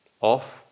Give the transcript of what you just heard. off